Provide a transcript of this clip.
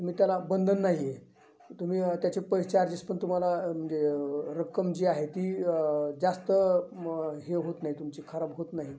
मी त्याला बंधन नाही आहे तुम्ही त्याचे पैसे चार्जेस पण तुम्हाला म्हणजे रक्कम जी आहे ती जास्त हे होत नाही तुमची खराब होत नाही